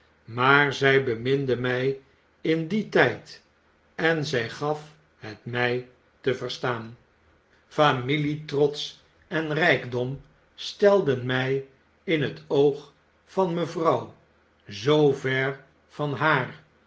maar zy beminde my in dien tyd en zy gaf het my te verstaan familietrots en rijkdom stelden mij in het oog van mevrouw zoo ver van haar